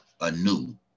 anew